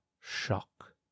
shock